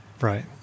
right